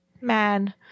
man